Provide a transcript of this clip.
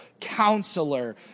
Counselor